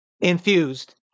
infused